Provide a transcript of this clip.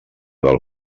del